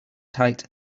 tight